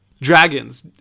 dragons